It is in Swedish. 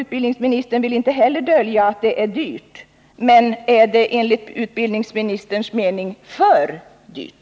Utbildningsministern vill inte heller dölja att det är dyrt. Men är det enligt utbildningsministerns mening för dyrt?